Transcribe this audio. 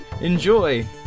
Enjoy